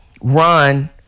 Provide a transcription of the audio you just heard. run